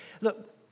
look